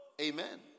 Amen